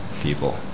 people